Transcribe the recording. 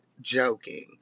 joking